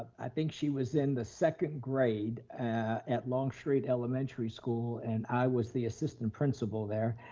i think she was in the second grade at longstreet elementary school and i was the assistant principal there.